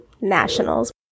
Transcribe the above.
nationals